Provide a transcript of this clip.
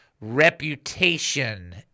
reputation